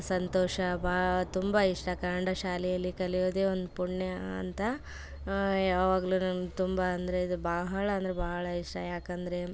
ಸಂತೋಷ ಬಾ ತುಂಬ ಇಷ್ಟ ಕನ್ನಡ ಶಾಲೆಯಲ್ಲಿ ಕಲಿಯೋದೇ ಒಂದು ಪುಣ್ಯ ಅಂತ ಯಾವಾಗಲೂ ನಾನು ತುಂಬ ಅಂದರೆ ಇದು ಬಹಳ ಅಂದರೆ ಬಹಳ ಇಷ್ಟ ಯಾಕಂದರೆ